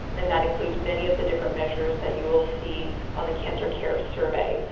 and that includes many of the different measures that you will see on the cancer care survey.